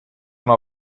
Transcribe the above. una